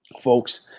folks